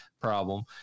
problem